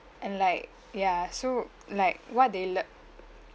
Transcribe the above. and like ya so like what they lear~